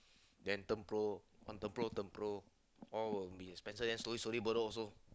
then tempura on tempura tempura all will be bitterly as slow burry also